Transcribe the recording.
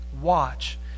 Watch